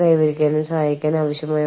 പ്രാദേശിക സംസ്കാരം കേറി വരാം